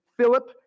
Philip